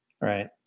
right